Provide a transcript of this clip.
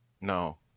No